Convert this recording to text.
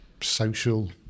social